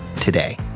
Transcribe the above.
today